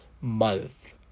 month